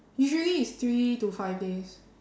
usually it's three to five days